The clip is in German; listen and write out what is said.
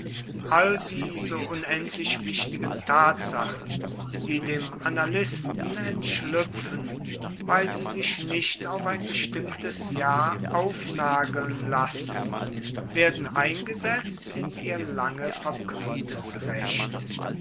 all die so unendlich wichtigen tatsachen die dem annalisten entschlüpfen weil sie sich nicht auf ein bestimmtes jahr aufnageln lassen werden eingesetzt in ihr lange verkümmertes recht